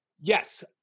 Yes